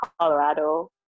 Colorado